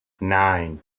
nine